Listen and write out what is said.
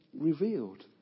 revealed